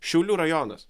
šiaulių rajonas